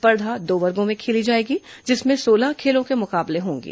स्पर्धा दो वर्गो में खेली जाएगी जिसमें सोलह खेलों के मुकाबले होंगे